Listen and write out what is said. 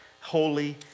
holy